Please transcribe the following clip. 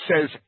says